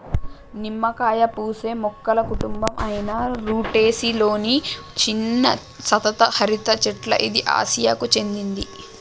నిమ్మకాయ పూసే మొక్కల కుటుంబం అయిన రుటెసి లొని చిన్న సతత హరిత చెట్ల ఇది ఆసియాకు చెందింది